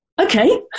okay